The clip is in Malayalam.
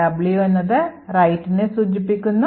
W എന്നത് റൈറ്റിനെ സൂചിപ്പിക്കുന്നു